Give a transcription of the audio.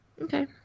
okay